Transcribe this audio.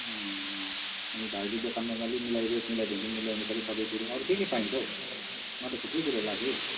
अनि भाइले दोकानमा अलिक मिलाई रेट मिलाइदियो भने म ल्याउनुपऱ्यो सबै कुरो अरू के के पाइन्छ हो यहाँ त थुप्रै कुरोहरू लाग्छ कि